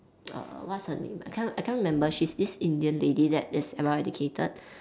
err what's her name I can't I can't remember she's this Indian lady that that's well educated